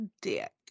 dick